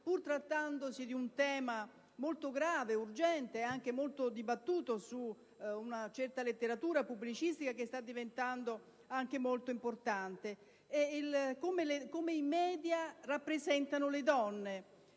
pur trattandosi di un tema molto grave, urgente ed anche molto dibattuto su una certa letteratura pubblicistica che sta diventando anche molto importante: come i *media* rappresentano le donne,